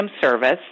service